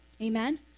Amen